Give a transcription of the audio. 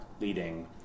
leading